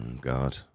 God